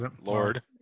Lord